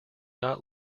not